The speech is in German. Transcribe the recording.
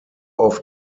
auf